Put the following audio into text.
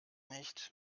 nicht